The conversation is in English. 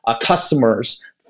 customers